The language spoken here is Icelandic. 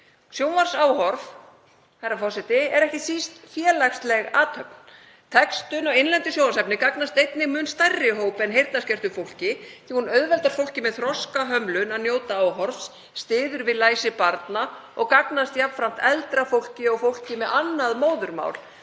Sjónvarpsáhorf, herra forseti, er ekki síst félagsleg athöfn. Textun á innlendu sjónvarpsefni gagnast einnig mun stærri hópi en heyrnarskertu fólki því að hún auðveldar fólki með þroskahömlun að njóta áhorfs, styður við læsi barna og gagnast jafnframt eldra fólki og fólki með annað móðurmál